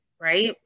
right